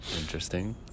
Interesting